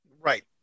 Right